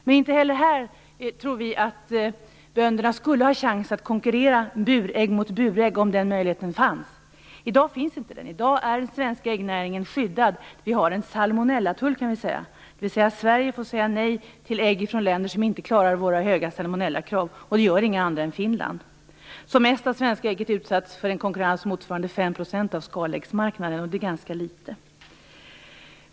Men inte heller här tror vi att bönderna skulle ha en chans att konkurrera burägg mot burägg, om det möjligheten fanns. I dag finns inte den. I dag är den svenska äggnäringen skyddad. Man kan säga att vi har en salmonellatull, dvs. Sverige får säga nej till ägg ifrån länder som inte klarar våra höga salmonellakrav. Det gör inga andra än ägg från Finland. Som mest har svenska ägget utsatts för en konkurrens motsvarande 5 % av skaläggsmarknaden, och det är ganska litet.